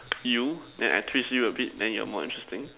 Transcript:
you then I twist you a bit then you're more interesting